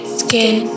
skin